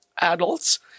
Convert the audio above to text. adults